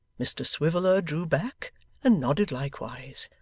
mr swiveller drew back and nodded likewise,